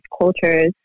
cultures